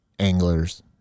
anglers